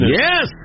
Yes